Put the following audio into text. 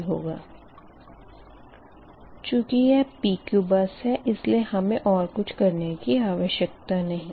चूँकि यह PQ bus है इसलिए हमें और कुछ करने की आवश्यकता नही है